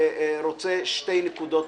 ברשותכם, אני רוצה לומר שתי נקודות.